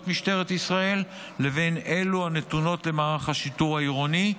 משטרת ישראל לבין אלו הנתונות למערך השיטור העירוני,